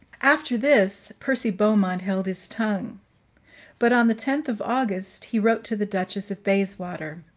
after this, percy beaumont held his tongue but on the tenth of august he wrote to the duchess of bayswater.